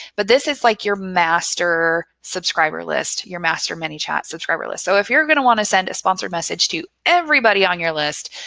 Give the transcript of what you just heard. but this is like your master subscriber list, your master manychat subscriber lists. so if you're gonna want to send a sponsored message to everybody on your list,